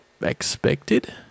expected